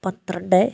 പന്ത്രണ്ട്